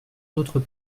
d’autres